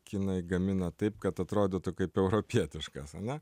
kinai gamina taip kad atrodytų kaip europietiškas ane